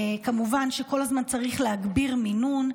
כמובן שכל הזמן צריך להגביר מינון,